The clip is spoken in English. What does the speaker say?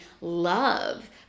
love